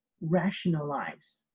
rationalize